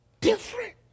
different